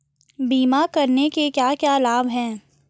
बीमा करने के क्या क्या लाभ हैं?